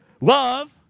Love